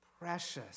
precious